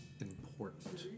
Important